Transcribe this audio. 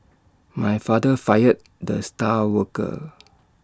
my father fired the star worker